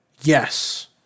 Yes